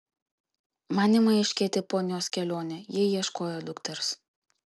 man ima aiškėti ponios kelionė ji ieškojo dukters